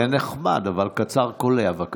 זה נחמד, אבל קצר וקולע, בבקשה.